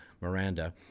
Miranda